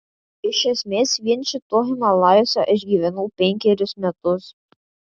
iš esmės vien šituo himalajuose aš gyvenau penkerius metus